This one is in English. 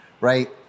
right